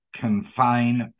confine